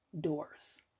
doors